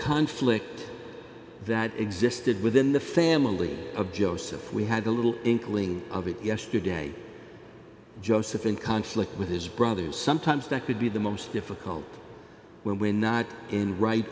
conflict that existed within the family of joseph we had a little inkling of it yesterday joseph in conflict with his brothers sometimes that could be the most difficult when we're not in the right